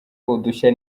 udushya